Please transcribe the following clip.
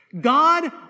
God